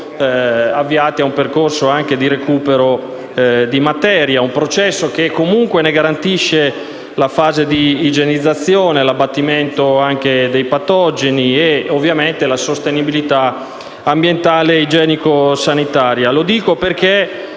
in un percorso di recupero di materia; si tratta di un processo che comunque ne garantisce la fase di igienizzazione, l’abbattimento dei patogeni e ovviamente la sostenibilità ambientale e igienico-sanitaria.